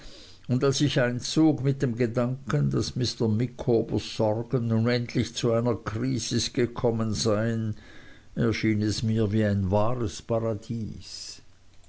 und als ich einzog mit dem gedanken daß mr micawbers sorgen nun endlich zu einer krisis gekommen seien erschien es mir wie ein wahres paradies